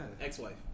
ex-wife